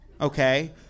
okay